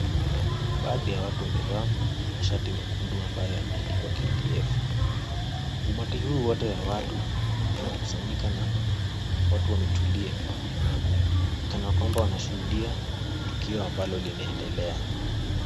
Baadhi ya watu wamevaa mashati mekundu ambayo yameandikwa KDF.Umati huu wote wa watu umekusanyika na watu wametulia kana kwamba wanashuhudia tukio ambalo linaendelea.